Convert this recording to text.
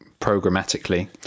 programmatically